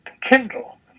Kindle